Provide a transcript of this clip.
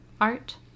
art